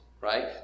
right